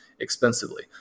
expensively